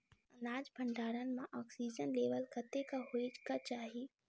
अनाज भण्डारण म ऑक्सीजन लेवल कतेक होइ कऽ चाहि?